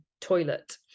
toilet